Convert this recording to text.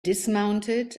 dismounted